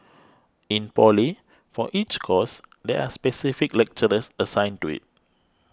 in Poly for each course there are specific lecturers assigned to it